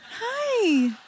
Hi